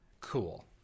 cool